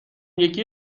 یکی